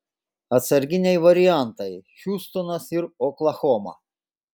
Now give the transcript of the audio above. atsarginiai variantai hiūstonas ir oklahoma